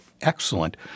excellent